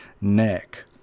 neck